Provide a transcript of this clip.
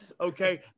Okay